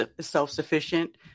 self-sufficient